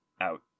out